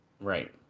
Right